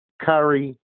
Curry